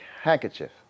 handkerchief